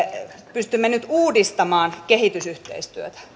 pystymme nyt uudistamaan kehitysyhteistyötä